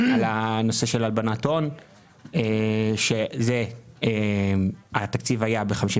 על הנושא של הלבנת הון כאשר התקציב היה ב-52